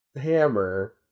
hammer